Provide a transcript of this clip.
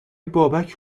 بابک